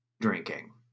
drinking